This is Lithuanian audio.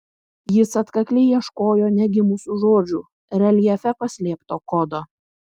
jis atkakliai ieškojo negimusių žodžių reljefe paslėpto kodo